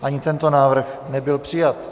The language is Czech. Ani tento návrh nebyl přijat.